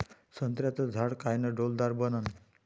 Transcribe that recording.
संत्र्याचं झाड कायनं डौलदार बनन?